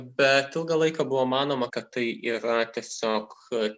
bet ilgą laiką buvo manoma kad tai yra tiesiog